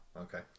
Okay